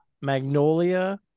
Magnolia